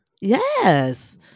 yes